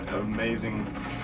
amazing